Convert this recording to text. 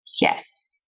Yes